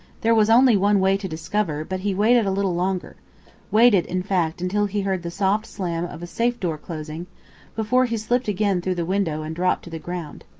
there was only one way to discover, but he waited a little longer waited, in fact, until he heard the soft slam of a safe door closing before he slipped again through the window and dropped to the ground.